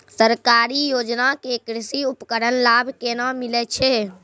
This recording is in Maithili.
सरकारी योजना के कृषि उपकरण लाभ केना मिलै छै?